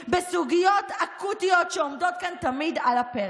בסוגיות אקוטיות שעומדות כאן תמיד על הפרק.